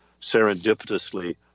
serendipitously